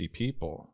people